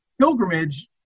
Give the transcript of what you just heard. pilgrimage